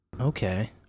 Okay